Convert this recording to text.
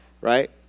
right